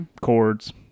chords